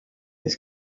his